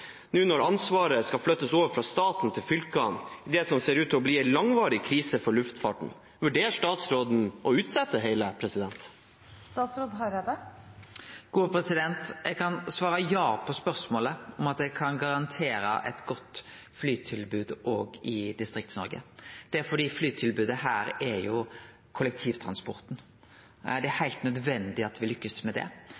nå når ansvaret skal flyttes over fra staten til fylkene, i det som ser ut til å bli en langvarig krise for luftfarten. Vurderer statsråden å utsette det hele? Eg kan svare ja på spørsmålet om at eg kan garantere eit godt flytilbod òg i Distrikts-Noreg. Det er fordi flytilbodet her er kollektivtransporten. Det er